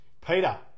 Peter